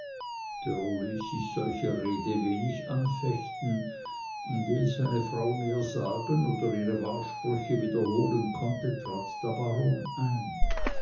solche rede wenig anfechten und ehe seine frau mehr sagen oder ihre wahrsprüche wiederholen konnte trat der baron ein